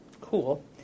cool